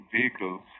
vehicles